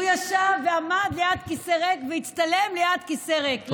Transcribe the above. הוא ישב ועמד ליד כיסא ריק והצטלם ליד כיסא ריק.